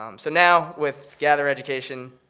um so now with gather education,